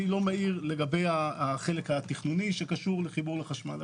אני לא מעיר לגבי החלק התכנוני שקשור לחיבור לחשמל.